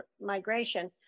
migration